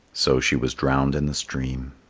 so she was drowned in the stream.